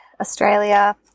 Australia